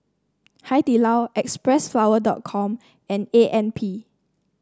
Hai Di Lao Xpressflower dot com and A M P